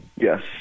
Yes